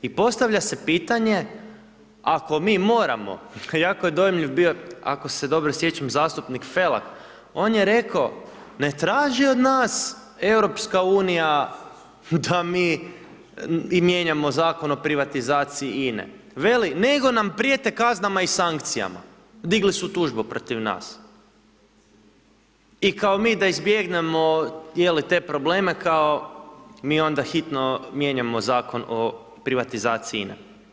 I postavlja se pitanje, ako mi moramo, jako je dojmljiv bio, ako se dobro sjećam zastupnik Felak, on je rekao, ne traži od nas EU da mi mijenjamo Zakon o privatizaciji INA-e, veli, nego nam prijete kaznama i sankcijama, digli su tužbu protiv nas i kao mi da izbjegnemo je li te probleme kao mi onda hitno mijenjamo Zakon o privatizaciji INA-e.